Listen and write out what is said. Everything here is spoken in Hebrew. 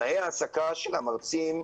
תנאי העסקה של המרצים,